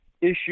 issue